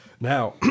now